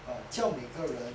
叫每个人